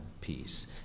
peace